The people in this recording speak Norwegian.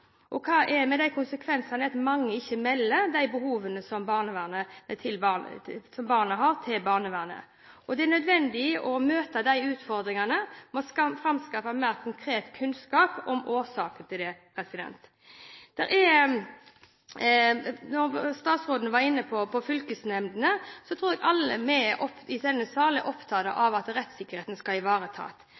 de konsekvenser at mange ikke melder de behovene som barnet har, til barnevernet? Det er nødvendig å møte disse utfordringene med å framskaffe mer konkret kunnskap om årsaker til det. Statsråden var inne på fylkesnemndene. Jeg tror alle i denne sal er opptatt av at rettssikkerheten skal ivaretas.